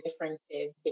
differences